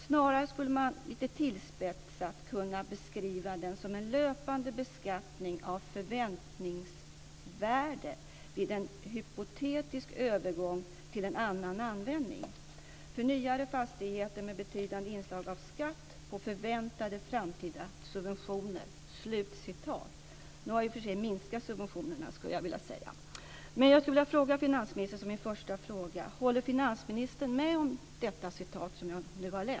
Snarare skulle man lite tillspetsat kunna beskriva den som en löpande beskattning av förväntningsvärden vid en hypotetisk övergång till annan användning - Nu har i och för sig subventionerna minskats. Men min första fråga till finansministern är: Håller finansministern med om det som står i citatet som jag nyss anförde?